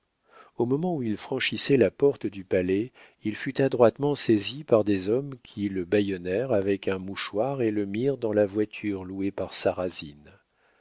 au moment où il franchissait la porte du palais il fut adroitement saisi par des hommes qui le bâillonnèrent avec un mouchoir et le mirent dans la voiture louée par sarrasine